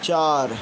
चार